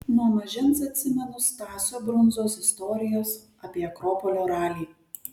nuo mažens atsimenu stasio brundzos istorijas apie akropolio ralį